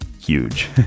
huge